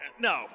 No